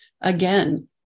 again